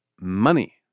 Money